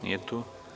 Nije tu.